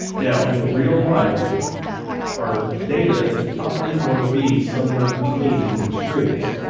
now in real life our data is probably gonna be somewhere between these extremes.